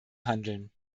handeln